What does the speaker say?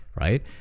right